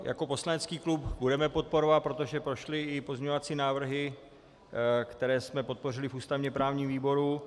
Jako poslanecký klub ho budeme podporovat, protože prošly i pozměňovací návrhy, které jsme podpořili v ústavněprávním výboru.